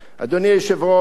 אדוני היושב-ראש,